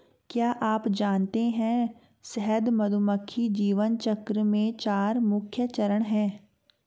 क्या आप जानते है शहद मधुमक्खी जीवन चक्र में चार मुख्य चरण है?